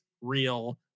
real